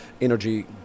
energy